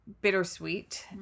bittersweet